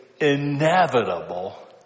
inevitable